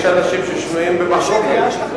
יש אנשים ששנויים במחלוקת.